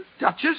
Duchess